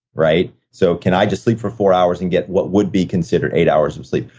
right? so, can i just sleep for four hours and get what would be considered eight hours of sleep?